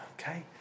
okay